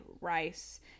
rice